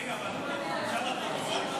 רגע, אבל אפשר לפרוטוקול?